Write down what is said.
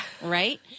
right